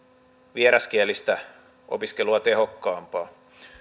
vieraskielistä opiskelua tehokkaampaa